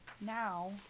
now